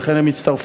ולכן הם יצטרפו.